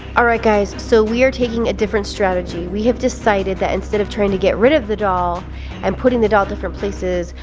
alright guys, so we are taking a different strategy. we have decided that instead of trying to get rid of the doll and putting the doll different places,